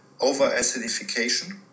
over-acidification